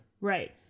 right